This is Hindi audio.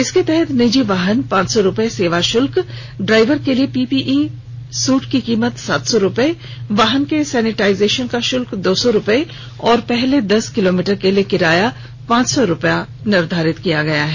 इसके तहत निजी वाहन पांच सौ रुपये सेवा शुल्क ड्राइवर के लिए पीपीई शुट की कीमत सात सौ रुपये वाहन के सैनिटाइजेशन का शुल्क दो सौ रुपये और पहले दस किलोमीटर के लिए किराया पांच सौ रुपया निर्धारित किया गया है